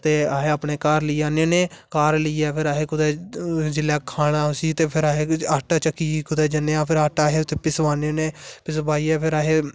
अपने घर लेई औन्ने होन्ने घर लेइयै फिर असें कुतै जिसलै खाना उसी ते फिर असें आटा चक्की ते कुतै जन्ने आं आटा उत्थै पिसवाने होन्ने पिसवाइयै फिर असें